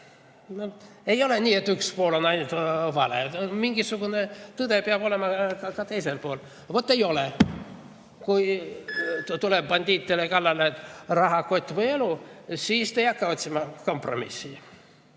ei ole nii, et üks pool on ainult vale, mingisugune tõde peab olema ka teisel poolel. Vaat ei ole. Kui tuleb bandiit teile kallale, et rahakott või elu, siis te ei hakka otsima kompromissi.